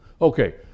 Okay